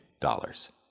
dollars